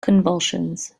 convulsions